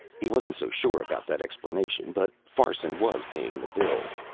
he wasn't so sure about that explanation, but farson was paying the bills.